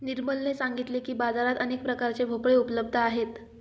निर्मलने सांगितले की, बाजारात अनेक प्रकारचे भोपळे उपलब्ध आहेत